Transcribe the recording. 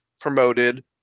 promoted